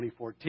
2014